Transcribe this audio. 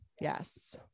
yes